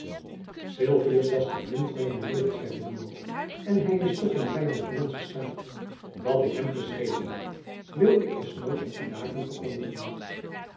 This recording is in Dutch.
sylvius was de vriend mijner jeugd zeide buat en hy is toch geen vyand van onzen staat wat ik hem geschreven heb wil ik des noods op de daken verkondigen